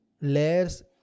layers